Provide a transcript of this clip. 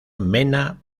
mena